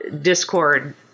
discord